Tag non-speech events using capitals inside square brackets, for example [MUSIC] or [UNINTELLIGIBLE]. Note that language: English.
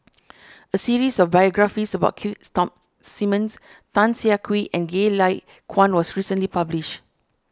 a series of biographies about Keith [UNINTELLIGIBLE] Simmons Tan Siah Kwee and Goh Lay Kuan was recently published